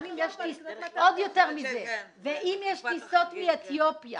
אם יש טיסות מאתיופיה